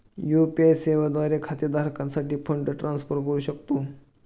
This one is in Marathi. यू.पी.आय सेवा द्वारे खाते धारकासाठी फंड ट्रान्सफर करू शकतो